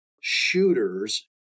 shooters